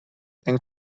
and